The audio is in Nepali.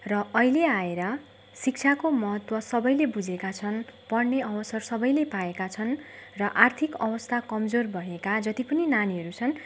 र अहिले आएर शिक्षाको महत्व सबैले बुझेका छन् पढ्ने अवसर सबैले पाएका छन् र आर्थिक अवस्था कमजोर भएका जति पनि नानीहरू छन्